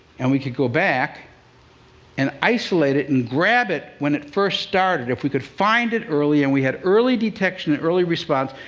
and we could go back and isolate it and grab it when it first started if we could find it early, and we had early detection and early response,